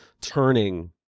turning